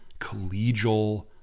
collegial